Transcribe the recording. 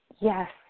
Yes